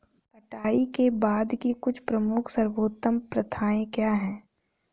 कटाई के बाद की कुछ प्रमुख सर्वोत्तम प्रथाएं क्या हैं?